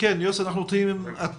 משמרות